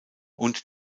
und